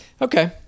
Okay